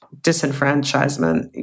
disenfranchisement